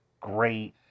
great